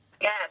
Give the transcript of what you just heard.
Yes